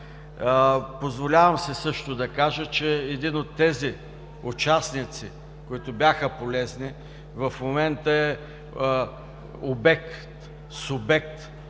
Позволявам си също да кажа, че един от тези участници, които бяха полезни, в момента е обект – субект